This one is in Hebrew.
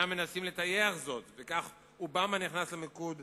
שהן אינן מנסות לטייח זאת, וכך אובמה נכנס למלכוד